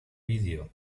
vídeo